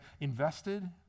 invested